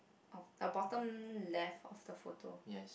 oh uh bottom left of the photo